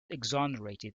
exonerated